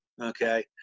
okay